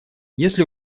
если